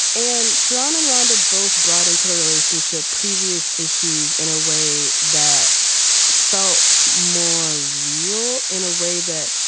and sharon and rhonda both brought into their relationship previous issues in a way that felt more real, in a way that.